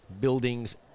buildings